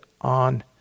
on